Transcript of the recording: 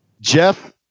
Jeff